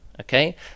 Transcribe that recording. Okay